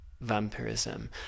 vampirism